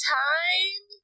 time